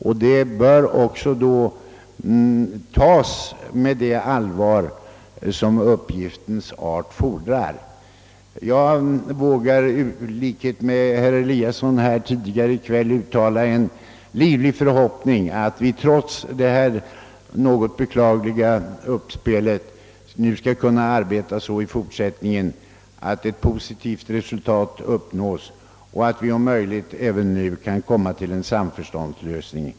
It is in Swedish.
Detta arbete bör då också bedrivas med det allvar som uppgiftens art fordrar. Jag vågar i likhet med herr Eliasson här tidigare i kväll uttala en livlig förhoppning, att vi trots det något beklagliga uppspelet nu skall kunna arbeta så i fortsättningen att ett positivt resultat uppnås och att vi om möjligt även kan komma fram till en samförståndslösning.